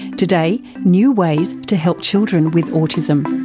today, new ways to help children with autism.